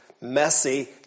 messy